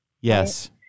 Yes